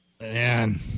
Man